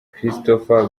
christopher